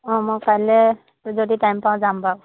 অঁ মই কাইলৈ যদি টাইম পাওঁ যাম বাৰু